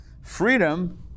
Freedom